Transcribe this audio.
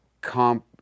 comp